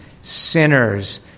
sinners